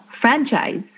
franchise